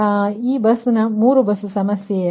ಆದ್ದರಿಂದ ಇದು 3 ಬಸ್ ಸಮಸ್ಯೆ ಸರಿ